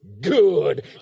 good